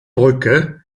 brücke